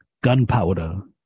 gunpowder